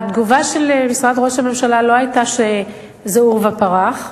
התגובה של משרד ראש הממשלה לא היתה שזה עורבא פרח,